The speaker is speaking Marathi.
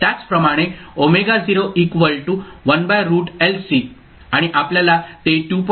त्याचप्रमाणे आणि आपल्याला ते 2